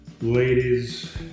ladies